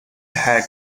had